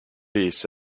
peace